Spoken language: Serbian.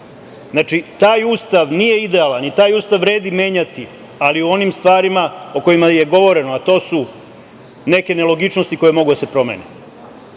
taj Ustav nije idealan i taj Ustav vredi menjati, ali u onim stvarima o kojima je govoreno, a to su neke nelogičnosti koje mogu da se promene. Taj